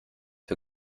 für